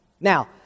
Now